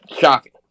shocking